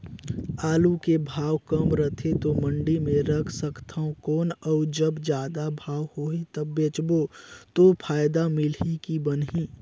आलू के भाव कम रथे तो मंडी मे रख सकथव कौन अउ जब जादा भाव होही तब बेचबो तो फायदा मिलही की बनही?